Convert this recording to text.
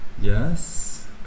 Yes